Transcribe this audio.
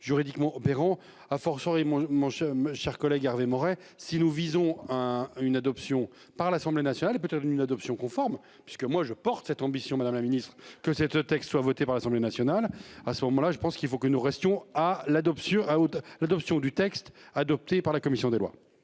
juridiquement. A fortiori mon, mon cher mon cher collègue Hervé Maurey si nous visons un une adoption par l'Assemblée nationale, et peut-être d'une adoption conforme puisque moi je porte cette ambition Madame la Ministre que cette ce texte soit voté par l'Assemblée nationale à ce moment-là, je pense qu'il faut que nous restions à l'adoption à l'adoption du texte adopté par la commission des lois